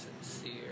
sincere